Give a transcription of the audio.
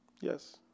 Yes